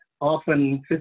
often